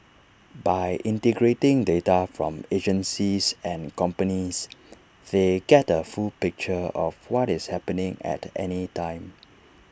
by integrating data from agencies and companies they get A full picture of what is happening at any time